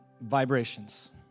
Vibrations